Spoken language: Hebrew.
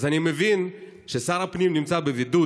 אז אני מבין ששר הפנים נמצא בבידוד,